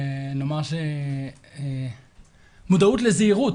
נאמר שמודעות לזהירות